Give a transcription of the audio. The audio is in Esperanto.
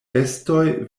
bestoj